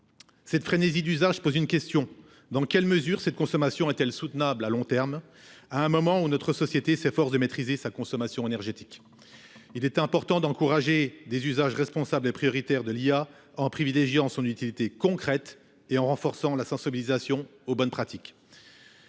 Cette frénésie d'usage pose une question, dans quelle mesure cette consommation est-elle soutenable à long terme, à un moment où notre société s'efforce de maîtriser sa consommation énergétique. Il est important d'encourager des usages responsables et prioritaires de l'IA en privilégiant son utilité concrète et en renforçant la sensibilisation aux bonnes pratiques.